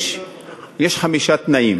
יש חמישה תנאים